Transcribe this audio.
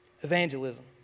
Evangelism